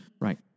Right